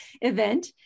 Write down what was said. event